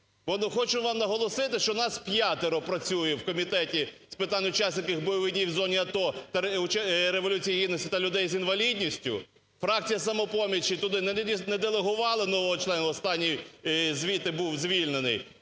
хочу вам наголосити, що нас п'ятеро працює в Комітеті з питань учасників бойових дій в зоні АТО, Революції Гідності та людей з інвалідністю. Фракція "Самопоміч" туди не делегувала нового члена, останній звідти був звільнений.